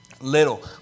little